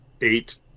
eight